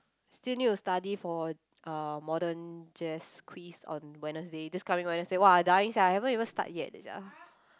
still need to study for uh modern jazz quiz on Wednesday this coming Wednesday !wah! dying sia haven't even started yet sia